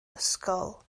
ysgol